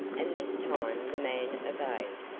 and this time the man obeyed.